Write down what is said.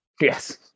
Yes